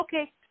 Okay